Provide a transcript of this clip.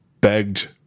begged